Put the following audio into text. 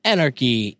Anarchy